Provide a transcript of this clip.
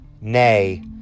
Nay